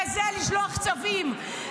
וזה לשלוח צווים,